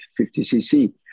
50cc